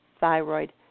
thyroid